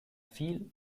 fiel